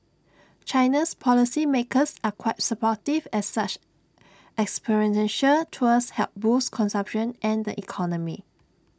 China's policy makers are quite supportive as such experiential tours help boost consumption and the economy